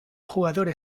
jugador